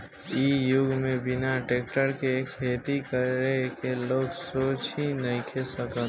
इ युग में बिना टेक्टर के खेती करे के लोग सोच ही नइखे सकत